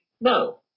No